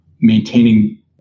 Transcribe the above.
maintaining